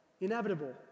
Inevitable